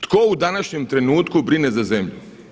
Tko u današnjem trenutku brine za zemlju?